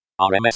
RMS